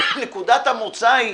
נקודת המוצא היא